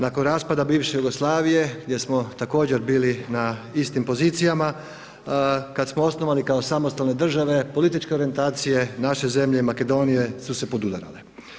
Nakon raspada bivše Jugoslavije gdje smo također bili na istim pozicijama, kad smo osnovani kao samostalna država, političke orijentacije naše zemlje i Makedonije su se podudarale.